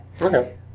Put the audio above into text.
Okay